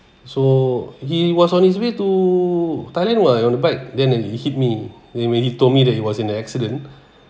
so he was on his way to thailand [what] on a bike then and he hit me when he told me that he was in an accident